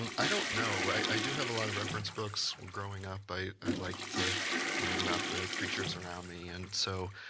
and i don't know. i do have a lot of reference books. growing up, i i liked to learn about the creatures around me. and so